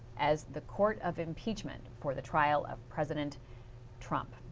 as the court of impeachment for the trial of president trump.